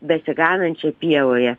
besiganančią pievoje